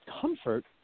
comfort